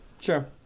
Sure